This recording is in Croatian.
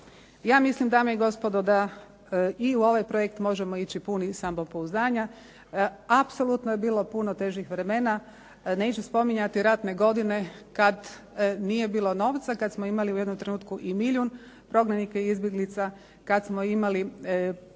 Ja mislim dame i gospodo da i u ovaj projekt možemo ići puni samopouzdanja. Apsolutno je bilo puno težih vremena, neću spominjati ratne godine kad nije bilo novca, kad smo imali u jednom trenutku i milijun prognanika i izbjeglica, kad smo imali